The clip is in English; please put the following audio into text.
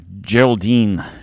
Geraldine